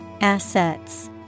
Assets